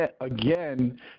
again